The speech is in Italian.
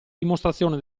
dimostrazione